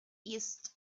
east